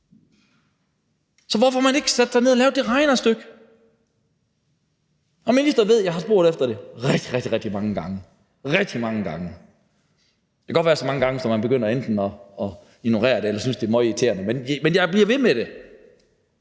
Så hvorfor har man ikke sat sig ned og lavet det regnestykke? Og ministeren ved, at jeg har spurgt efter det rigtig, rigtig mange gange. Det kan godt være, det er så mange gange, at man begynder enten at ignorere det eller synes, det er møgirriterende, men jeg bliver ved med det.